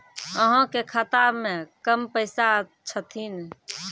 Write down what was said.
अहाँ के खाता मे कम पैसा छथिन?